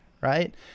right